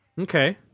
Okay